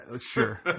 sure